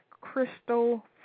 Crystal